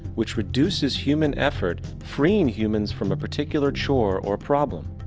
which reduces human effort, freeing humans from a particular chore or problem.